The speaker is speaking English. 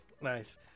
Nice